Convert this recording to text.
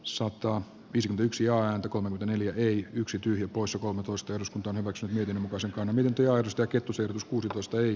soitto vision yksi ääntä kolme neljä ei yksityinen poissa kolmetoista just donevoksen hytin osakkaana nimikirjoitusta kettuselle kuusitoista y